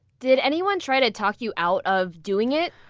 did anyone try to talk you out of doing it?